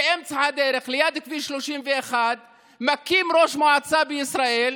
באמצע הדרך ליד כביש 31. מכים ראש מועצה בישראל,